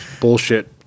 bullshit